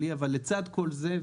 בין הצדדים.